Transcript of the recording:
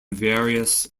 various